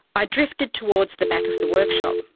i drifted towards the back of the workshop,